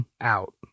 out